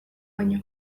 baino